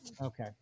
okay